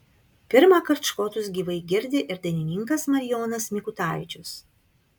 pirmąkart škotus gyvai girdi ir dainininkas marijonas mikutavičius